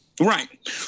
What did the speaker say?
Right